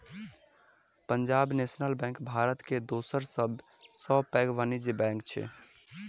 Punjab National Bank Bharat के दोसर सब सॅ पैघ वाणिज्य बैंक अछि